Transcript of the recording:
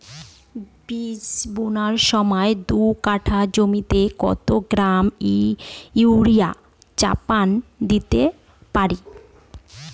বীজ বোনার সময় দু কাঠা জমিতে কত গ্রাম ইউরিয়া চাপান দিতে পারি?